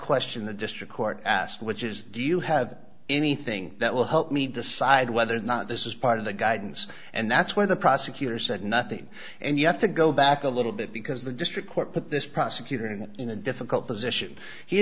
question the district court i asked which is do you have anything that will help me decide whether or not this is part of the guidance and that's where the prosecutor said nothing and you have to go back a little bit because the district court put this prosecutor in a difficult position he